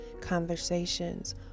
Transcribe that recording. conversations